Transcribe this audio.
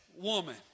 woman